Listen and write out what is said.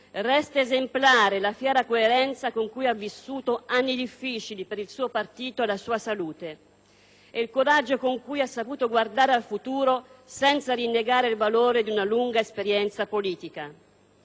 resta esemplare la fiera coerenza con cui ha vissuto anni difficili per il suo partito e la sua salute, e il coraggio con cui ha saputo guardare al futuro senza rinnegare il valore di una lunga esperienza politica».